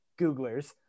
Googlers